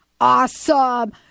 awesome